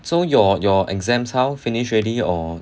so your your exams how finish already or